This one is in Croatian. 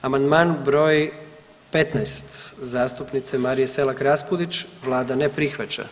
Amandman br. 15 zastupnice Marije Selak Raspudić, Vlada ne prihvaća.